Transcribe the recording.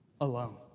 alone